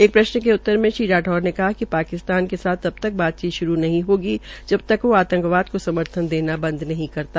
एक प्रश्न के उत्तर में श्री राठौर ने कहा कि पाकिस्तान के साथ तब तक बातचीत श्रू नहीं होगी जबतक आंतकवाद को समर्थन देना बंद नहीं करता